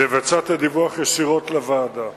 לבצע את הדיווח ישירות לוועדה.